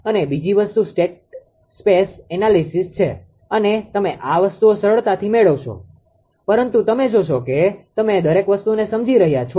અને બીજી વસ્તુ સ્ટેટ સ્પેસ એનાલિસીસ છે અને તમે આ વસ્તુઓ સરળતાથી મેળવશો પરંતુ તમે જોશો કે તમે દરેક વસ્તુને સમજી રહ્યા છો